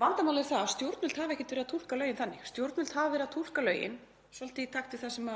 Vandamálið er að stjórnvöld hafa ekkert verið að túlka lögin þannig, stjórnvöld hafa verið að túlka lögin svolítið í takt við það sem